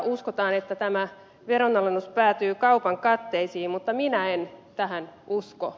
uskotaan että tämä veronalennus päätyy kaupan katteisiin mutta minä en tähän usko